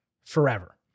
forever